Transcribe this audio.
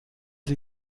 sie